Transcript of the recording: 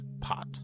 pot